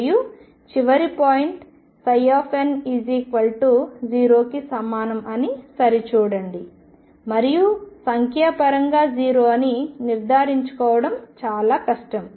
మరియు చివరి పాయింట్ 0కి సమానం అని సరి చూడండి మరియు సంఖ్యాపరంగా 0 అని నిర్ధారించుకోవడం చాలా కష్టం